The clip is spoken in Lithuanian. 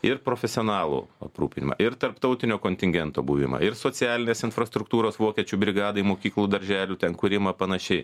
ir profesionalų aprūpinimą ir tarptautinio kontingento buvimą ir socialinės infrastruktūros vokiečių brigadoj mokyklų darželių ten kūrimą panašiai